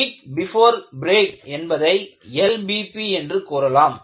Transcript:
league before break என்பதை LBB என்று கூறலாம்